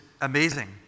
amazing